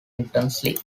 intensely